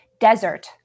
desert